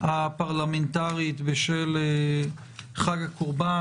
הפרלמנטרית בשל חג הקורבן,